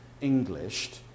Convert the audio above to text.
Englished